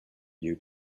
you